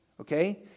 okay